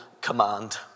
command